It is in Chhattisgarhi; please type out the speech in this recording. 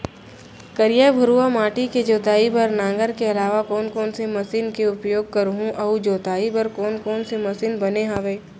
करिया, भुरवा माटी के जोताई बर नांगर के अलावा कोन कोन से मशीन के उपयोग करहुं अऊ जोताई बर कोन कोन से मशीन बने हावे?